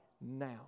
now